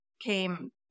came